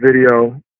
video